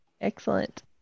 Excellent